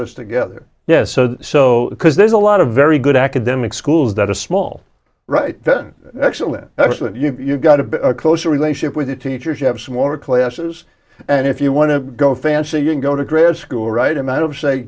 this together yes so so because there's a lot of very good academic schools that a small right then excellent excellent you've got to be a closer relationship with the teachers you have smaller classes and if you want to go fancy you can go to grad school right amount of say